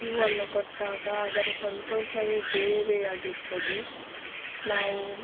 ಹೂವನ್ನು ಕೊಟ್ಟಾಗ ಅದರ ಸಂತೋಷವೇ ಬೇರೆಯಾಗಿರ್ತದೆ ನಾವು